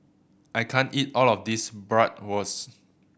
I can't eat all of this Bratwurst